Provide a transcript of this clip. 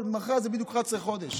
מחר זה בדיוק 11 חודשים.